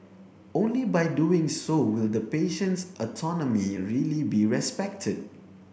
only by doing so will the patient's autonomy really be respected